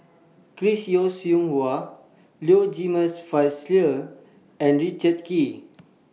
Chris Yeo Siew Hua Low Jimenez Felicia and Richard Kee